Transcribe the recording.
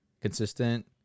consistent